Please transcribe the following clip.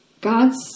God's